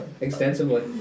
extensively